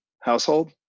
household